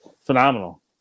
phenomenal